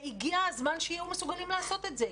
הגיע הזמן שיהיו מסוגלים לעשות את זה,